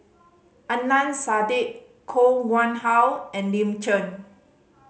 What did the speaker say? Adnan Saidi Koh Nguang How and Lin Chen